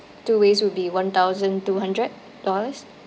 two ways will be one thousand two hundred dollars